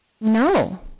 No